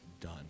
done